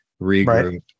regroup